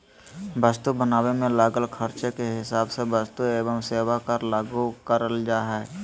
वस्तु बनावे मे लागल खर्चे के हिसाब से वस्तु एवं सेवा कर लागू करल जा हय